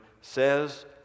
says